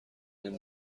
این